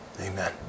Amen